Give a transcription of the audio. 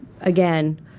Again